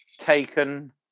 taken